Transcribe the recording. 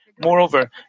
Moreover